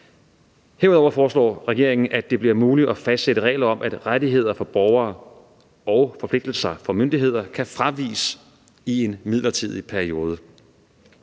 Herudover foreslår regeringen, at det bliver muligt at fastsætte regler om, at rettigheder for borgere og forpligtelser for myndigheder kan fraviges i en midlertidig periode.